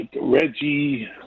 Reggie